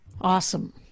Awesome